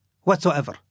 whatsoever